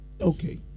Okay